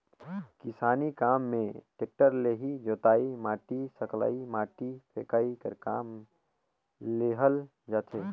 किसानी काम मे टेक्टर ले ही जोतई, माटी सकलई, माटी फेकई कर काम लेहल जाथे